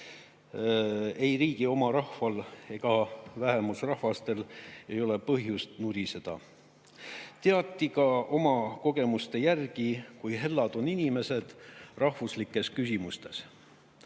ei riigi oma rahval ega vähemusrahvastel ei ole põhjust nuriseda. Teati ka oma kogemuste järgi, kui hellad on inimesed rahvuslikes küsimusis.